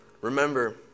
Remember